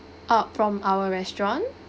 oh from our restaurant